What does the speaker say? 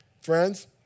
Friends